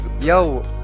Yo